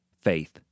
faith